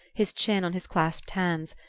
his chin on his clasped hands,